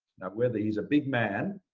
whether he's a big man